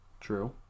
True